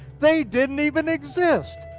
they didn't even exist.